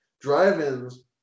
drive-ins